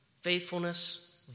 faithfulness